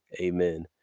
amen